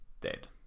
dead